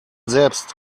selbst